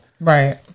right